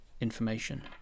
information